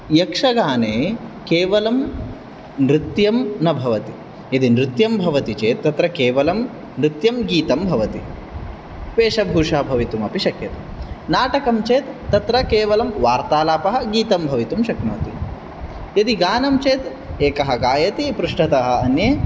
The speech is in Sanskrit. यक्षगाने केवलं नृत्यं न भवति यदि नृत्यं भवति चेत् तत्र केवलं नृत्यं गीतं भवति वेशभूषा भवितुमपि शक्यते नाटकञ्चेत् तत्र केवलं वार्तालापः गीतं भवितुं शक्नोति यदि गानं चेत् एकः गायति पृष्ठतः अन्ये